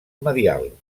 medial